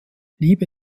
liebe